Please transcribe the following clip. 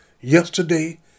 yesterday